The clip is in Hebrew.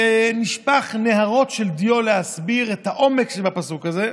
ונשפכו נהרות של דיו להסביר את העומק שבפסוק הזה,